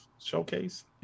Showcase